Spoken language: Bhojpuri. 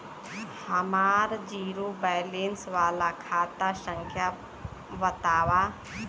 हमार जीरो बैलेस वाला खाता संख्या वतावा?